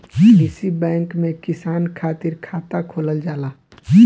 कृषि बैंक में किसान खातिर खाता खोलल जाला